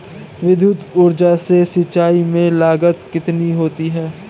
विद्युत ऊर्जा से सिंचाई में लागत कितनी होती है?